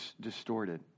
distorted